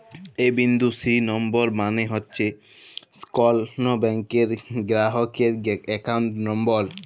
এ বিন্দু সি লম্বর মালে হছে কল ব্যাংকের গেরাহকের একাউল্ট লম্বর